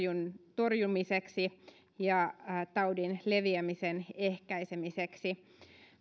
torjumiseksi ja taudin leviämisen ehkäisemiseksi